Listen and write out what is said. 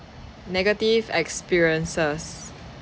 negative experiences